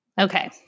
Okay